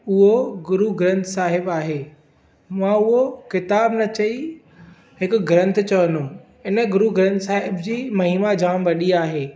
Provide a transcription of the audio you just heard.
उहो गुरु ग्रंथ साहिब आहे मां उहो किताबु न चई हिकु ग्रंथ चवंदमि हिन गुरु ग्रंथ साहिब जी महिमा जामु वॾी आहे